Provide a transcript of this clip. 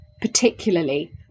particularly